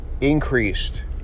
increased